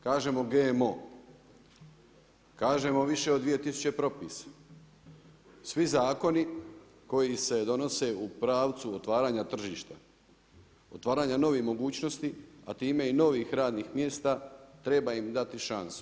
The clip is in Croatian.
Kažemo GMO, kažemo više od 2 tisuće propisa, svi zakoni koji se donose u pravcu otvaranja tržišta, otvaranja novih mogućnosti, a ti me i novih radnih mjesta, treba im dati šansu.